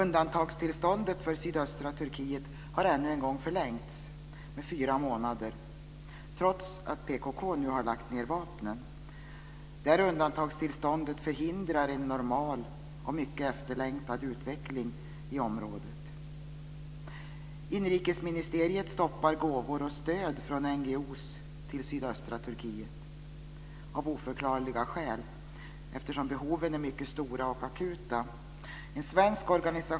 Undantagstillståndet för sydöstra Turkiet har än en gång förlängts med fyra månader trots att PKK nu har lagt ned vapnen. Det här undantagstillståndet förhindrar en normal och mycket efterlängtad utveckling i området. Inrikesministeriet stoppar gåvor och stöd från NGO:er till sydöstra Turkiet, av oförklarliga skäl. Behoven är nämligen mycket stora och akuta.